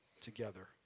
together